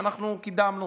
שאנחנו קידמנו,